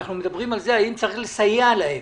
אנחנו מדברים על אם צריך לסייע להם.